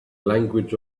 language